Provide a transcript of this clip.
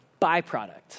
byproduct